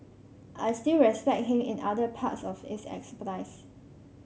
I still respect him in other parts of his expertise